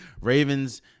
Ravens